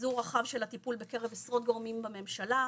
ביזור רחב של הטיפול בקרב עשרות גורמים בממשלה,